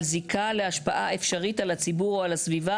זיקה להשפעה אפשרית על הציבור או על הסביבה".